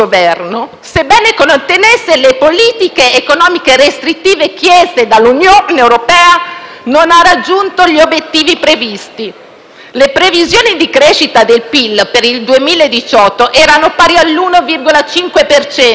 Le previsioni di crescita del PIL per il 2018 erano pari all'1,5 per cento, mentre ad oggi il livello di stima si attesta all'1,2